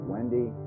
Wendy